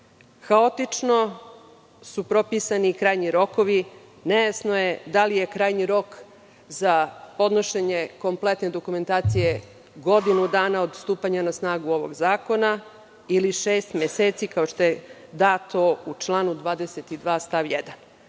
su propisani i krajnji rokovi. Nejasno je da li je krajnji rok za podnošenje kompletne dokumentacije godinu dana od stupanja na snagu ovog zakona ili šest meseci, kao što je dato u članu 22. stav.